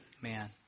man